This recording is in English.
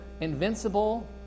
invincible